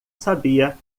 sabia